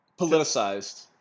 politicized